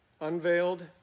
Unveiled